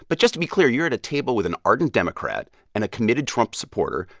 but just to be clear, you're at a table with an ardent democrat and a committed trump supporter,